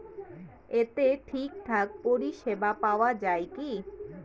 এতে ঠিকঠাক পরিষেবা পাওয়া য়ায় কি?